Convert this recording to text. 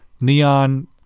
Neon